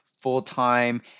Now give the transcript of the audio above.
full-time